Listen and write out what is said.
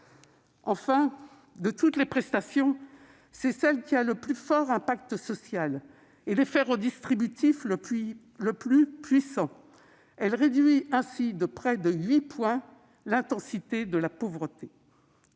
Enfin, de toutes les prestations, ce sont les APL qui ont le plus fort impact social et l'effet redistributif le plus puissant : elles réduisent de près de 8 points l'intensité de la pauvreté.